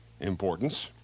importance